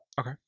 Okay